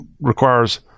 requires